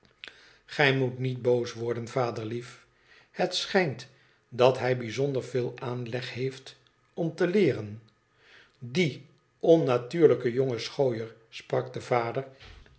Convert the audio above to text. gij moet niet boos worden vader lief het schijnt dat hij bijzonder eel aanleg heeft om te leeren die onnatuurlijke jonge schooier l sprak de vader